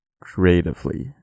creatively